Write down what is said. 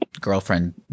girlfriend